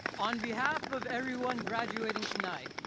on behalf of everyone graduating tonight,